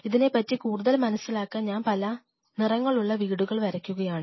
ഇതിനെപ്പറ്റി കൂടുതൽ മനസ്സിലാക്കാൻ ഞാൻ പല നിറങ്ങളുള്ള വീടുകൾ വരയ്ക്കുകയാണ്